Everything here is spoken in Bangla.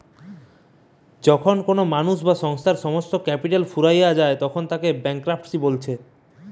যখন কোনো মানুষ বা সংস্থার সমস্ত ক্যাপিটাল ফুরাইয়া যায়তখন তাকে ব্যাংকরূপটিসি বলতিছে